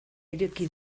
ireki